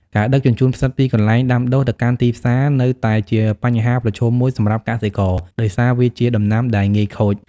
ការដឹកជញ្ជូនផ្សិតពីកន្លែងដាំដុះទៅកាន់ទីផ្សារនៅតែជាបញ្ហាប្រឈមមួយសម្រាប់កសិករ ដោយសារវាជាដំណាំដែលងាយខូច។